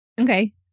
Okay